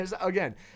Again